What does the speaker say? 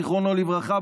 זיכרונו לברכה,